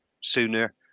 sooner